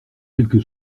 quelque